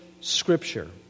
Scripture